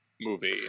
movie